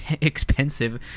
expensive